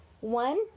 One